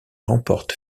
remporte